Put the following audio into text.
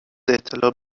اطلاع